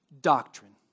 doctrine